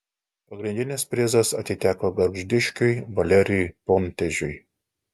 pagrindinis prizas atiteko gargždiškiui valerijui pontežiui